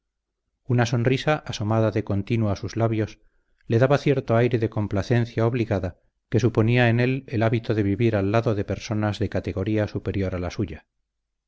una sonrisa asomada de continuo a sus labios le daba cierto aire de complacencia obligada que suponía en él el hábito de vivir al lado de personas de categoría superior a la suya